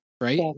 right